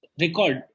record